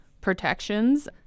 protections